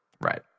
Right